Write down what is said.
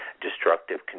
Destructive